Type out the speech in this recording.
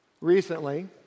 recently